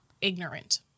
ignorant